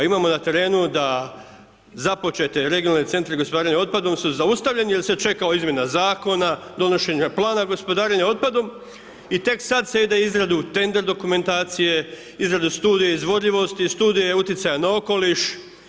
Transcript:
Imamo na terenu da započete regionalne centre gospodarenje otpadom su zaustavljene jer se čeka izmjena zakona, donošenje plana gospodarenja otpadom i sada se ide u izradu … dokumentacije, izradu studija izvodljivosti i studija utjecaja na okoliš.